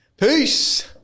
Peace